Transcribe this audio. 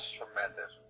tremendous